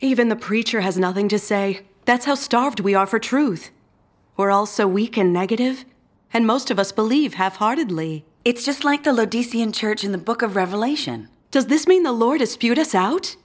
even the preacher has nothing to say that's how starved we are for truth or also we can negative and most of us believe half heartedly it's just like the low d c in church in the book of revelation does this mean the lord dispute us out